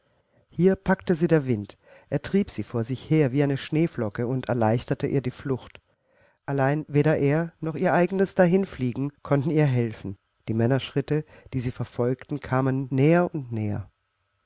hier packte sie der wind er trieb sie vor sich her wie eine schneeflocke und erleichterte ihr die flucht allein weder er noch ihr eigenes dahinfliegen konnten ihr helfen die männerschritte die sie verfolgten kamen näher und näher